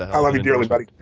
i love you dearly, buddy.